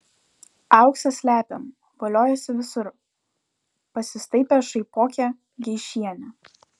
auksą slepiam voliojasi visur pasistaipė šaipokė geišienė